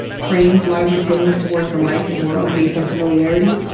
frames a lot of your feelings towards the life and world based on familiarity.